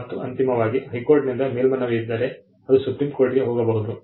ಮತ್ತು ಅಂತಿಮವಾಗಿ ಹೈಕೋರ್ಟ್ನಿಂದ ಮೇಲ್ಮನವಿ ಇದ್ದರೆ ಅದು ಸುಪ್ರೀಂ ಕೋರ್ಟ್ಗೆ ಹೋಗಬಹುದು